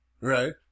Right